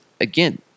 again